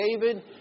David